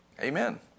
Amen